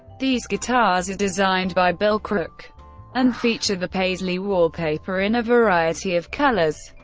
these guitars are designed by bill crook and feature the paisley wallpaper in a variety of colors.